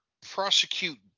prosecute